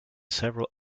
several